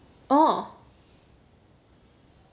orh